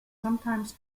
sometimes